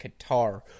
Qatar